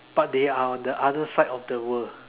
but they are on the other side of the world